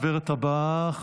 הדוברת הבאה,